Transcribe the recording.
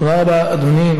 תודה רבה, אדוני.